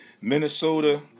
Minnesota